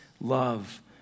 love